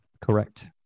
Correct